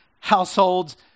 households